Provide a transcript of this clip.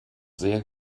sehr